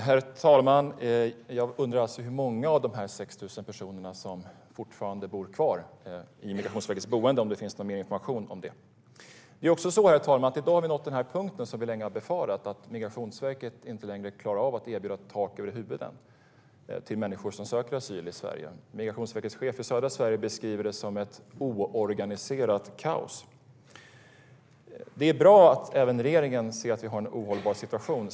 Herr talman! Jag undrar alltså hur många av de här 6 000 personerna som fortfarande bor kvar i Migrationsverkets boenden. Finns det någon information om det? I dag, herr talman, har vi nått den punkt som vi länge har befarat då Migrationsverket inte längre klarar av att erbjuda tak över huvudet åt människor som söker asyl i Sverige. Migrationsverkets chef i södra Sverige beskriver det som ett oorganiserat kaos. Det är bra att även regeringen ser att vi har en ohållbar situation.